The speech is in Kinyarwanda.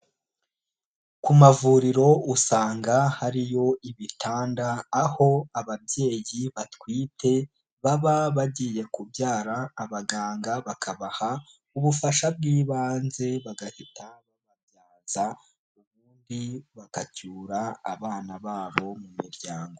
Ku mavuriro usanga hari yo ibitanda, aho ababyeyi batwite baba bagiye kubyara, abaganga bakabaha ubufasha bw'ibanze bagahita bababyaza ubundi bagacyura abana babo mu miryango.